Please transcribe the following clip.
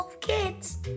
kids